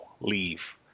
Leave